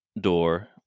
door